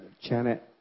Janet